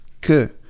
que